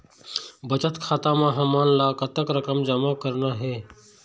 बचत खाता म हमन ला कतक रकम जमा करना हे?